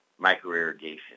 microirrigation